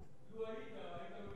על זה הם הולכים